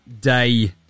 Day